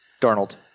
Darnold